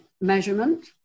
measurement